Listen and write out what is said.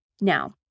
Now